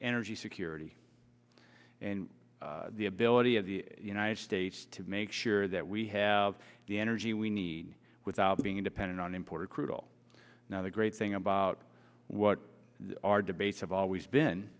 energy security and the ability of the united states to make sure that we have the energy we need without being dependent on imported crude oil now the great thing about what our debates have always been